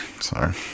Sorry